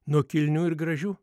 nuo kilnių ir gražių